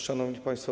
Szanowni Państwo!